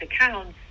accounts